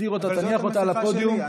תסיר אותה, תניח אותה על הפדיום.